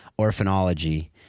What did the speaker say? Orphanology